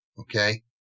Okay